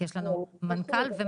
כי יש לנו מנכ"ל ומנכ"ליות.